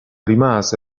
rimase